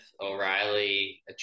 O'Reilly